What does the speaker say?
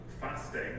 fasting